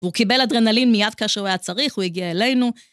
והוא קיבל אדרנלין מיד כאשר הוא היה צריך, הוא הגיע אלינו.